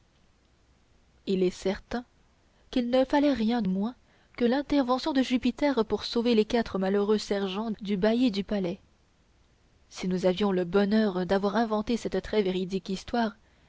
il est certain qu'il ne fallait rien moins que l'intervention de jupiter pour sauver les quatre malheureux sergents du bailli du palais si nous avions le bonheur d'avoir inventé cette très véridique histoire